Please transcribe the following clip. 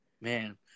Man